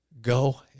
Go